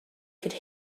could